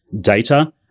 data